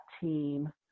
team